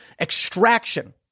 extraction